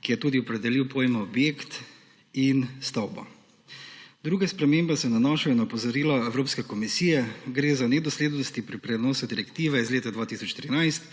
ki je tudi opredelil pojma objekt in stavba. Druge spremembe se nanašajo na opozorila Evropske komisije. Gre za nedoslednosti pri prenosu direktive iz leta 2013